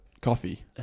Coffee